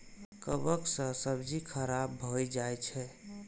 कवक सं सब्जी खराब भए जाइ छै